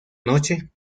noche